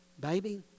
baby